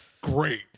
great